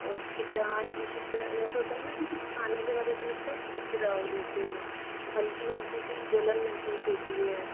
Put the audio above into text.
और खींचान जैसे होता है ना की कुछ खाने के बाद ऐसा लगता है खींच रहा हो जैसे हल्की हल्की सी जलन महसूस होती है